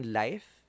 life